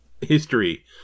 history